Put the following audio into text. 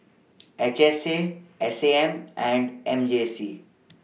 H S A S A M and M J C